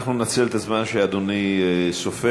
אנחנו ננצל את הזמן שאדוני סופר,